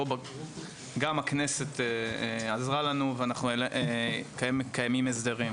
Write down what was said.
גם הכנסת עזרה לנו וקיימים הסדרים.